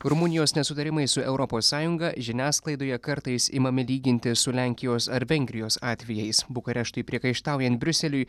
rumunijos nesutarimai su europos sąjunga žiniasklaidoje kartais imami lyginti su lenkijos ar vengrijos atvejais bukareštui priekaištaujant briuseliui